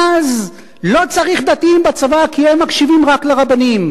אז לא צריך דתיים בצבא, כי הם מקשיבים רק לרבנים.